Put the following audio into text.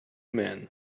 men